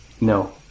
No